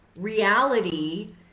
reality